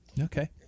Okay